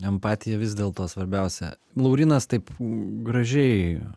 empatija vis dėlto svarbiausia laurynas taip gražiai